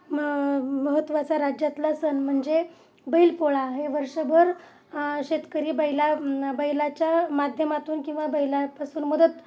म महत्त्वाचा राज्यातला सण म्हणजे बैलपोळा हे वर्षभर शेतकरी बैला बैलाच्या माध्यमातून किंवा बैलापासून मदत